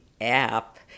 app